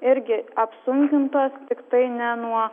irgi apsunkintos tiktai ne nuo